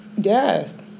Yes